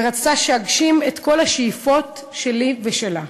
ורצתה שאגשים את כל השאיפות שלי ושלה.